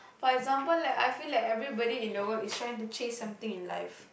for example like I feel like everybody in the world is trying to chase something in life